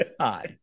Hi